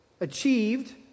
achieved